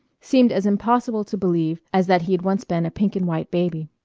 seemed as impossible to believe as that he had once been a pink-and-white baby.